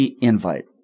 invite